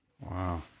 Wow